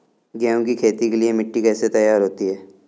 गेहूँ की खेती के लिए मिट्टी कैसे तैयार होती है?